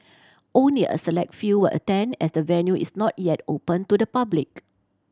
only a select few will attend as the venue is not yet open to the public